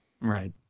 Right